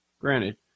Granted